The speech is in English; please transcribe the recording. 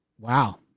wow